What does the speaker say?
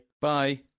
Bye